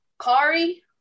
Kari